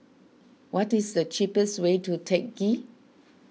what is the cheapest way to Teck Ghee